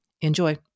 Enjoy